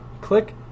click